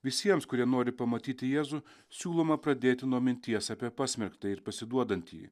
visiems kurie nori pamatyti jėzų siūloma pradėti nuo minties apie pasmerktą ir pasiduodantį